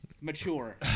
mature